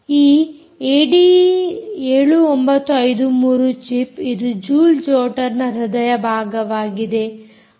ಈ ADE 7953 chip ಇದು ಜೂಲ್ ಜೊಟರ್ನ ಹೃದಯ ಭಾಗವಾಗಿದೆ